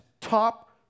top